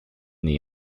the